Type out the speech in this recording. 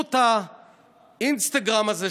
ובזכות האינסטגרם הזה,